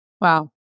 Wow